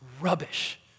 rubbish